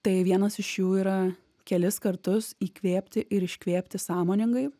tai vienas iš jų yra kelis kartus įkvėpti ir iškvėpti sąmoningai